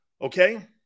Okay